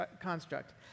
construct